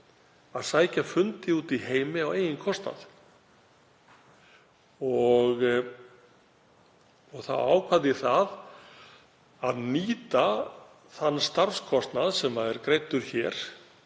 að sækja fundi úti í heimi á eigin kostnað. Þá ákvað ég að nýta þann starfskostnað sem greiddur er